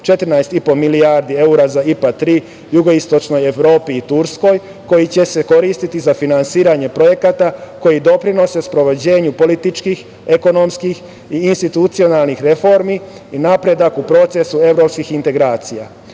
14,5 milijardi evra za IPA III jugoistočnoj Evropi i Turskoj koji će se koristiti za finansiranje projekata koji doprinose sprovođenju političkih, ekonomskih i institucionalnih reformi i napredak u procesu evropskih integracija. Moje